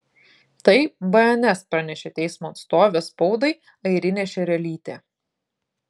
tai bns pranešė teismo atstovė spaudai airinė šerelytė